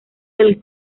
del